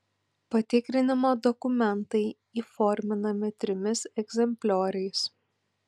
patikrinimo dokumentai įforminami trimis egzemplioriais